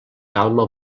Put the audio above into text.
calma